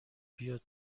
بیا